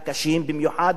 במיוחד ברפואה.